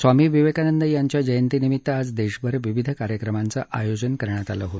स्वामी विवेकानंद यांच्या जयंतीनिमित्त आज देशभर विविध कार्यक्रमांचं आयोजन केलं आहे